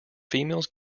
females